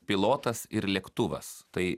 pilotas ir lėktuvas tai